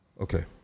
Okay